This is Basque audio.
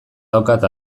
daukat